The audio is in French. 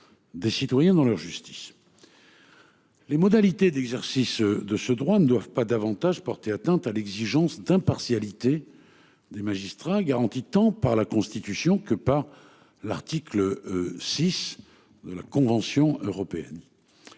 Des citoyens dans leur justice. Les modalités d'exercice de ce droit ne doivent pas davantage porter atteinte à l'exigence d'impartialité des magistrats garantie tant par la Constitution que par l'article. 6 de la Convention européenne.